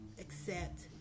accept